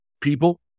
people